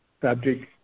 subject